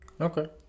Okay